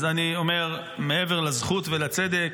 אז אני אומר, מעבר לזכות ולצדק